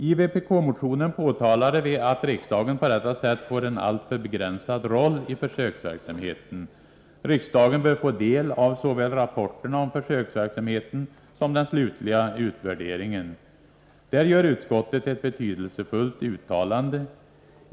I vpk-motionen påtalade vi att riksdagen på detta sätt får en alltför begränsad roll i försöksverksamheten. Riksdagen bör få del av såväl rapporterna om försöksverksamheten som den slutliga utvärderingen. Där gör utskottet ett betydelsefullt uttalande.